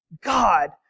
God